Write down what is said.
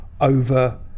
over